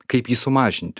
kaip jį sumažint